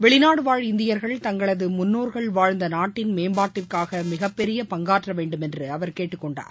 வெளிநாடு வாழ் இந்தியர்கள் தங்களது முன்னோர்கள் வாழ்ந்த நாட்டின் மேம்பாட்டிற்காக மிகப்பெரிய பங்காற்ற வேண்டும் என்று அவர் கேட்டுக்கொண்டார்